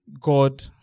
God